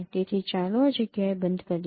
તેથી ચાલો આ જગ્યા એ બંધ કરીએ